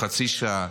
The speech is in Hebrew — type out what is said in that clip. או חצי שעה,